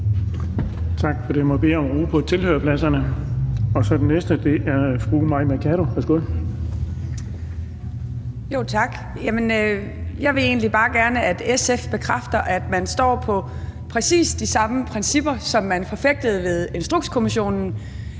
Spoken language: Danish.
Tak for det. Må jeg bede om ro på tilhørerpladserne. Den næste er fru Mai Mercado. Værsgo. Kl. 16:04 Mai Mercado (KF): Tak. Jeg vil egentlig bare gerne have, at SF bekræfter, at man står på præcis de samme principper, som man forfægtede i forbindelse med Instrukskommissionen.